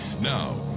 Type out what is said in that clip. Now